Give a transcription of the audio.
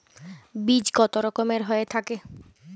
বীজ কত রকমের হয়ে থাকে?